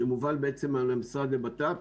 שמובל על ידי המשרד לביטחון פנים,